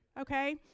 okay